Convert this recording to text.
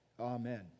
Amen